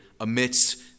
amidst